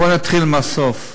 בוא נתחיל מהסוף: